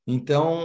Então